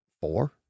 four